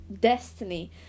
destiny